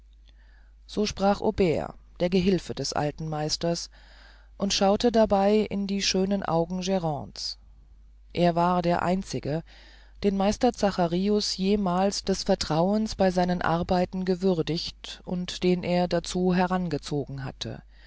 so sprach aubert der gehilfe des alten meisters und schaute dabei in die schönen augen grande's er war der einzige den meister zacharius jemals des vertrauens bei seinen arbeiten gewürdigt und den er dazu herangezogen hatte